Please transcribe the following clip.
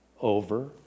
over